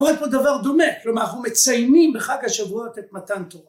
‫הוא עוד פה דבר דומה, כלומר, ‫אנחנו מציינים בחג השבועות את מתן תורה.